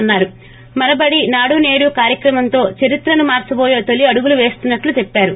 మన బడి నాడు సేడు కార్యక్రమంతో చరిత్రను మార్చబోయే తొలి అడుగులు పేస్తున్నట్లు చెప్పారు